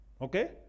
Okay